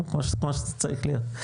כמו שצריך להיות.